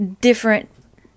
different